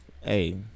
Hey